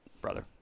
brother